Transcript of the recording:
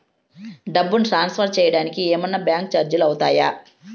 డబ్బును ట్రాన్స్ఫర్ సేయడానికి ఏమన్నా బ్యాంకు చార్జీలు అవుతాయా?